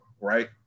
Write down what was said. right